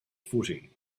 footing